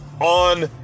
on